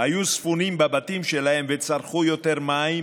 היו ספונים בבתים שלהם וצרכו יותר מים,